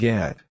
Get